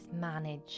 manage